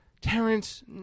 Terrence